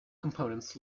components